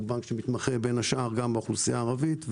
שהוא בנק שמתמחה בין השאר גם באוכלוסייה הערבית,